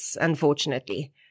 unfortunately